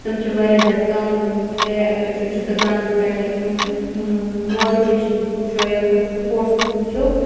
تِم چھِ واریاہ زیادٕ کَم گٔمٕتۍ چاہے اَگَر أسۍ وٕچھو دُکانَن پیٹھ یا کُنہِ موٹِویشَن وٕچھو یا کانٛہہ سپوٹس وٕچھو